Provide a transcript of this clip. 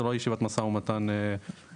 זה לא ישיבת משא ומתן פורמלית,